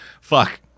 fuck